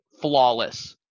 flawless